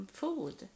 food